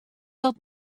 dat